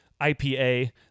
IPA